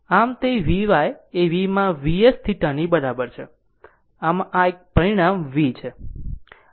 આમ આ તે Vy એ V માં Vs θની બરાબર છે અને આ એક પરિણામ v છે